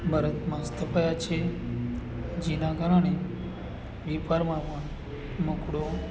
ભારતમાં સ્થપાયા છે જેના કારણે વેપારમાં પણ મોકળો